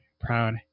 proud